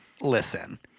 listen